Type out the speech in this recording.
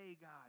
God